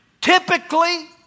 typically